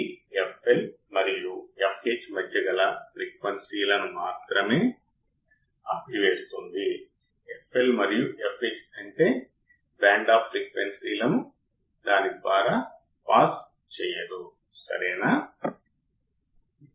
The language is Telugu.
ఆప్ ఆంప్ ఇన్పుట్ టెర్మినల్స్ లోకి ప్రవహించే ఒక చిన్న కరెంట్ ఉంది ఆప్ ఆంప్ ఇన్పుట్ టెర్మినల్స్ రెండు ట్రాన్సిస్టర్ బేస్ టెర్మినళ్లు చిన్న డిసి కరెంట్ను నిర్వహించవు